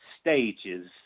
stages